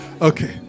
Okay